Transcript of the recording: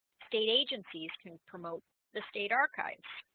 state agencies can promote the state archives